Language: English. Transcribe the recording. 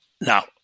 Now